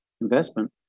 investment